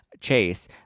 Chase